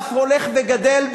ואף הולך וגדל,